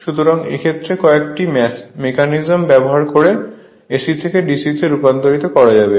সুতরাং এক্ষেত্রে কয়েকটি মেকানিজম ব্যবহার করে AC থেকে DC তে রূপান্তরিত করা হবে